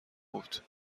بود